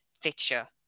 fixture